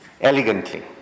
elegantly